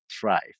thrive